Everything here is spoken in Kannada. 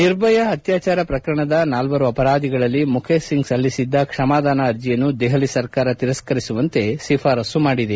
ನಿರ್ಭಯ ಅತ್ಲಾಚಾರ ಪ್ರಕರಣದ ನಾಲ್ವರು ಅಪರಾಧಿಗಳಲ್ಲಿ ಮುಖೇಶ್ ಸಿಂಗ್ ಸಳ್ಲಿಸಿದ್ದ ಕ್ಷಮಾದಾನ ಅರ್ಜಿಯನ್ನು ದೆಹಲಿ ಸರ್ಕಾರ ತಿರಸರಿಸುವಂತೆ ಶಿಫಾರಸ್ತು ಮಾಡಿದೆ